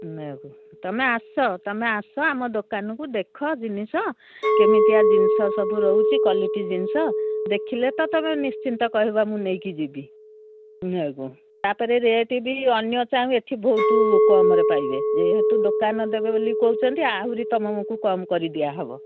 ନାଇ କୁ ତମେ ଆସ ତମେ ଆସ ଆମ ଦୋକାନକୁ ଦେଖ ଜିନିଷ କେମିତିଆ ଜିନିଷ ସବୁ ରହୁଛି କ୍ଵାଲିଟି ଜିନିଷ ଦେଖିଲେ ତ ତମେ ନିଶ୍ଚିନ୍ତ କହିବ ମୁଁ ନେଇକି ଯିବି ନାଇ କୁ ତା'ପରେ ରେଟ୍ ବି ଅନ୍ୟ ଚାହୁଁ ଏଠି ବହୁତ କମ୍ରେ ପାଇବେ ଯେହେତୁ ଦୋକାନ ଦେବେ ବୋଲି କହୁଛନ୍ତି ଆହୁରି ତମକୁ କମ୍ କରିଦିଆହେବ